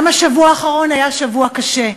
גם השבוע האחרון היה שבוע קשה,